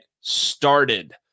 started